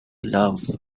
love